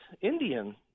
Indian